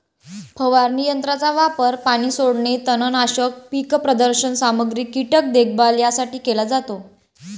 फवारणी यंत्राचा वापर पाणी सोडणे, तणनाशक, पीक प्रदर्शन सामग्री, कीटक देखभाल यासाठी केला जातो